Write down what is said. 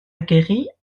aguerris